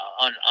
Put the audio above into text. on